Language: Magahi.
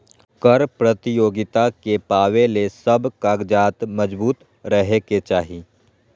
कर प्रतियोगिता के पावे ले सब कागजात मजबूत रहे के चाही